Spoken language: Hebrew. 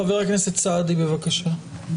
חבר הכנסת סעדי, בבקשה.